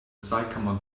sycamore